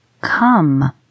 Come